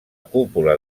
cúpula